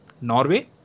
Norway